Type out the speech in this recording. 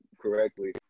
correctly